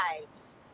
lives